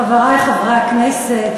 חברי חברי הכנסת,